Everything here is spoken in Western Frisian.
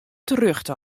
terjochte